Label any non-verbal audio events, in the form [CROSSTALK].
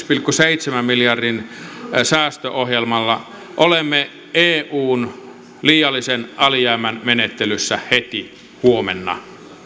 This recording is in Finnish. [UNINTELLIGIBLE] pilkku seitsemän miljardin säästöohjelmalla olemme eun liiallisen alijäämän menettelyssä heti huomenna